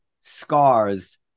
scars